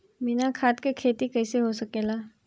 बिना खाद के खेती कइसे हो सकेला?